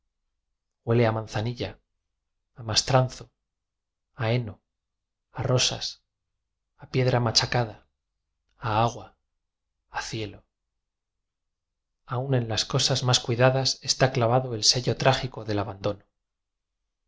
huele a manzanilla a mastranzo a heno a rosas a piedra ma chacada a agua a cielo aun en las cosas más cuidadas está clavado el sello trágico del abandono